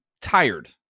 tired